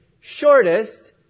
shortest